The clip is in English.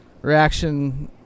Reaction